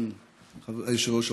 גם יושב-ראש האופוזיציה.